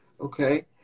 okay